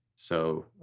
so,